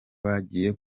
bagiye